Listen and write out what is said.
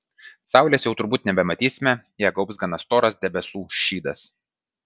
saulės jau turbūt nebematysime ją gaubs gana storas debesų šydas